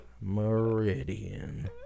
meridian